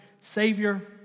Savior